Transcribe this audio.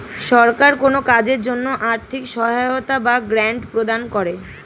সরকার কোন কাজের জন্য আর্থিক সহায়তা বা গ্র্যান্ট প্রদান করে